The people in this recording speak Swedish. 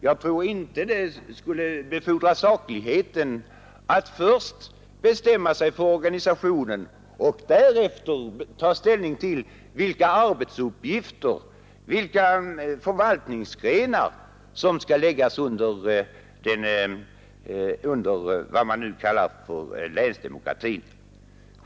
Jag tror inte att det skulle befordra sakligheten att först binda sig för organisationen och därefter ta ställning till vilka arbetsuppgifter, vilka förvaltningsgrenar som skall läggas under vad man nu kallar för länsdemokratin.